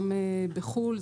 גם בחו"ל,